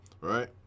right